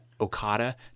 Okada